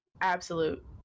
Absolute